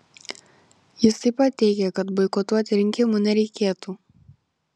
jis taip pat teigė kad boikotuoti rinkimų nereikėtų